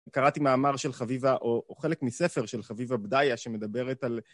קראתי מאמר של חביבה, או חלק מספר של חביבה בדאיה שמדברת על...